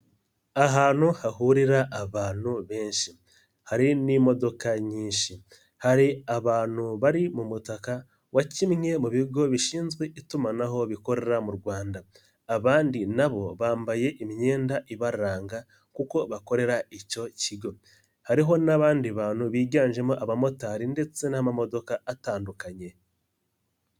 Ahantu hahurira abantu benshi. Hari n'imodoka nyinshi. Hari abantu bari mu mutaka wa kimwe mu bigo bishinzwe itumanaho bikorera mu Rwanda. Abandi na bo bambaye imyenda ibaranga kuko bakorera icyo kigo. Hariho n'abandi bantu biganjemo abamotari ndetse n'amamodokaka atandukanye.